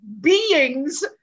beings